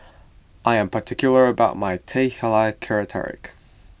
I am particular about my Teh Halia Tarik